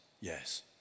Yes